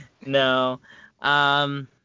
No